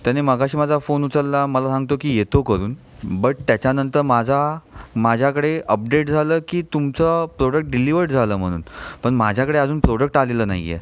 त्याने मगाशी माझा फोन उचलला मला सांगतो की येतो करून बट त्याच्यानंतर माझा माझ्याकडे अपडेट झालं की तुमचा प्रोडक्ट डिलिव्हर्ड झालं म्हणून पण माझ्याकडे अजून प्रोडक्ट आलेलं नाही आहे